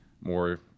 more